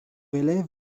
élèves